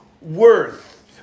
worth